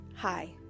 Hi